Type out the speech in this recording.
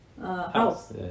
house